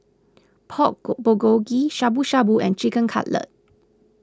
Pork Bulgogi Shabu Shabu and Chicken Cutlet